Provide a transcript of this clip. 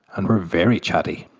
and were very chatty.